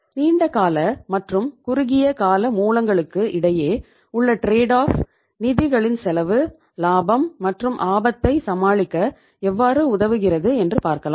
நீண்ட கால மற்றும் குறுகிய கால மூலங்களுக்கு இடையே உள்ள ட்ரேட் ஆஃப் நிதிகளின் செலவு லாபம் மற்றும் ஆபத்தை சமாளிக்க எவ்வாறு உதவுகிறது என்று பார்க்கலாம்